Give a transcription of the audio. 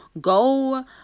Go